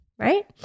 Right